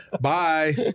Bye